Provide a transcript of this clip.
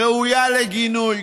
ראויה לגינוי,